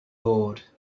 board